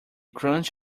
crunch